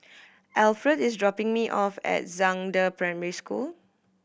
Alferd is dropping me off at Zhangde Primary School